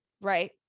Right